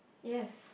yes